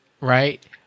Right